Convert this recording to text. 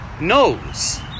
knows